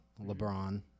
LeBron